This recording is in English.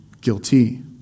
guilty